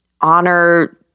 honor